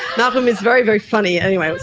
malcolm is very, very funny, anyway,